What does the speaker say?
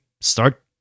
start